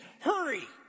hurry